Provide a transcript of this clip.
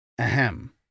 Ahem